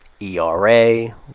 ERA